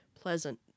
pleasant